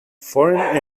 foreign